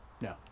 no